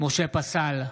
משה פסל,